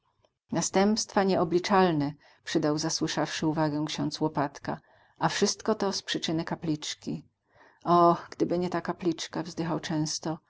następstwa nieobliczalne przydał zasłyszawszy uwagę ksiądz łopatka a wszystko to z przyczyny kapliczki o gdyby nie ta kapliczka wzdychał często